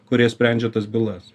kurie sprendžia tas bylas